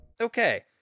Okay